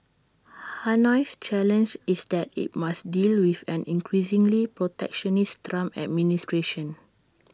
Hanoi's challenge is that IT must deal with an increasingly protectionist Trump administration